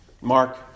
Mark